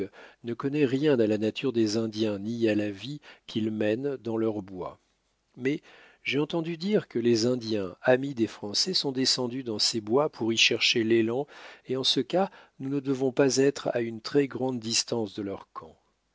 ne connaît rien à la nature des indiens ni à la vie qu'ils mènent dans leurs bois mais j'ai entendu dire que les indiens amis des français sont descendus dans ces bois pour y chercher l'élan et en ce cas nous ne devons pas être à une très grande distance de leur camp